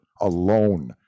alone